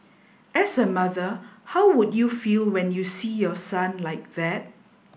as a mother how would you feel when you see your son like that